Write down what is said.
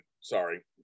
sorry